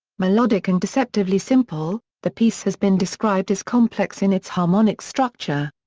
melodic and deceptively simple, the piece has been described as complex in its harmonic structure.